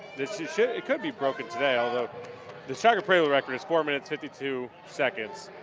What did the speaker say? it could be broken today, although the shocker prelude record is four minutes fifty two seconds.